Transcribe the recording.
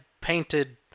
painted